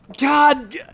god